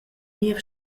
niev